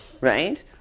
right